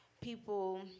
people